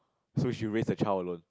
so she will raise the child alone